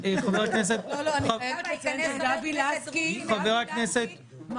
אני חייבת לציין שגבי לסקי -- חברי הכנסת, תודה.